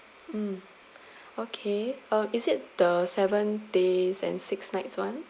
mm okay uh is it the seven days and six nights one